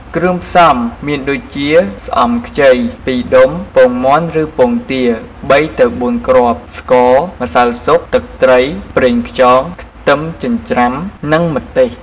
គ្រឿងផ្សំមានដូចជា ស្អំខ្ចី ២ដុំ ពងមាន់ឬពងទា ៣ទៅ៤គ្រាប់ ស្ករ ម្សៅស៊ុប ទឹកត្រី ប្រេងខ្យង ខ្ទឹមចិញ្ច្រាំ និងម្ទេស។